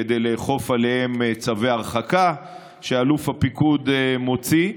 כדי לאכוף עליהם צווי הרחקה שאלוף הפיקוד מוציא.